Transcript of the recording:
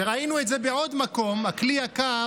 וראינו את זה בעוד מקום: ה"כלי יקר"